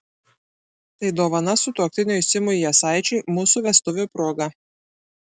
tai dovana sutuoktiniui simui jasaičiui mūsų vestuvių proga